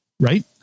Right